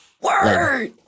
word